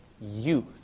youth